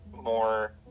more